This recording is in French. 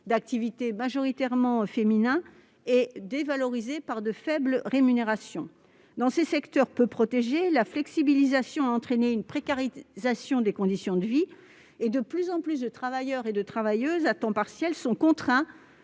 d'activité majoritairement féminins. Ils sont de surcroît dévalorisés par de faibles rémunérations. Dans ces secteurs peu protégés, la flexibilisation a entraîné une précarisation des conditions de vie, de plus en plus de travailleurs et de travailleuses à temps partiel étant contraints